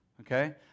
okay